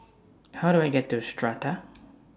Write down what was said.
How Do I get to Strata